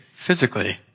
Physically